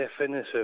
definitive